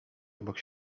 obok